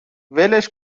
ولش